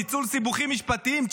ניצול סיבוכים משפטיים,